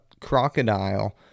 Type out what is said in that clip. crocodile